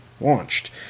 launched